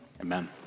Amen